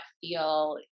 feel